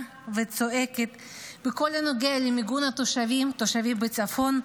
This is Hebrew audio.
וצועקת בכל הנוגע למיגון התושבים בצפון,